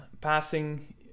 passing